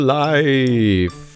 life